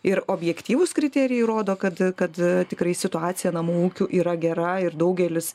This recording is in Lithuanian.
ir objektyvūs kriterijai rodo kad kad tikrai situacija namų ūkių yra gera ir daugelis